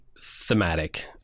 thematic